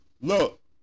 look